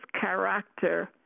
character